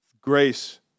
Grace